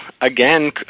again